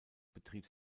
betrieb